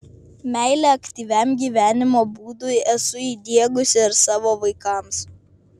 meilę aktyviam gyvenimo būdui esu įdiegusi ir savo vaikams